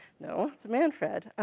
no, it's manfred.